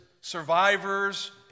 survivors